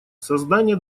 создание